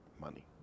money